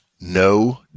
no